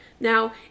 Now